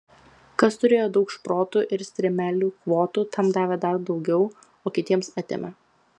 kas turėjo daug šprotų ir strimelių kvotų tam davė dar daugiau o kitiems atėmė